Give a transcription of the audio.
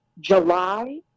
July